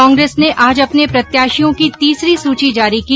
कांग्रेस ने आज अपने प्रत्याशियों की तीसरी सूची जारी की